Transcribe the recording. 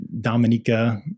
Dominica